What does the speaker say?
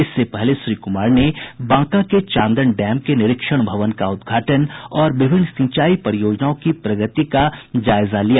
इससे पहले श्री कुमार ने बांका के चांदन डैम के निरीक्षण भवन का उद्घाटन और विभिन्न सिंचाई परियोजनाओं की प्रगति का जायजा लिया